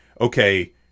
okay